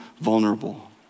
vulnerable